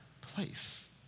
place